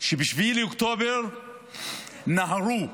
שב-7 לאוקטובר נהרו למילואים,